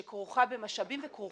שזו עבודה שכרוכה במשאבים וזמן.